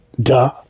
Duh